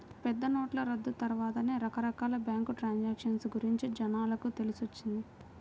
పెద్దనోట్ల రద్దు తర్వాతే రకరకాల బ్యేంకు ట్రాన్సాక్షన్ గురించి జనాలకు తెలిసొచ్చింది